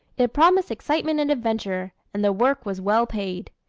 it promised excitement and adventure and the work was well paid.